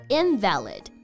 invalid